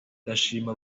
ndashima